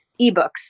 eBooks